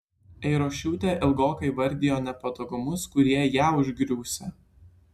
eirošiūtė ilgokai vardijo nepatogumus kurie ją užgriūsią